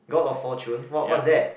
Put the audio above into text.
god of fortune what what's that